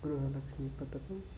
గృహలక్ష్మి పథకం